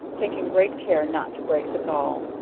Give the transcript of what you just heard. taking great care not to break the gall,